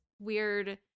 weird